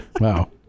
wow